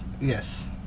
yes